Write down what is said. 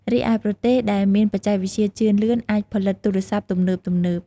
រីឯប្រទេសដែលមានបច្ចេកវិទ្យាជឿនលឿនអាច ផលិតទូរស័ព្ទទំនើបៗ ។